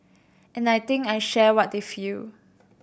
and I think I share what they feel